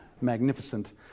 magnificent